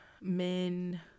men